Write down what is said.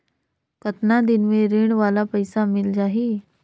कतना दिन मे ऋण वाला पइसा मिल जाहि?